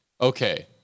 okay